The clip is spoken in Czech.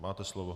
Máte slovo.